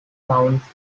towns